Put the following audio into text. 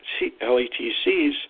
LETCs